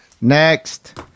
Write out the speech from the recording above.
Next